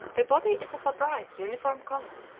the body is of a bright, uniform color,